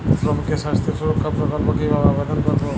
শ্রমিকের স্বাস্থ্য সুরক্ষা প্রকল্প কিভাবে আবেদন করবো?